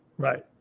Right